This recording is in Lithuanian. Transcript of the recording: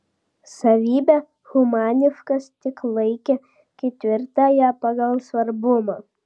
savybę humaniškas tik laikė ketvirtąja pagal svarbumą